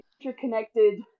interconnected